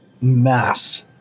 mass